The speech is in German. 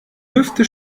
hüfte